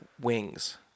wings